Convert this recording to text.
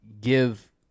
give